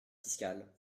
fiscale